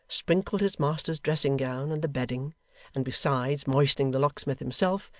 sprinkled his master's dressing-gown and the bedding and besides moistening the locksmith himself,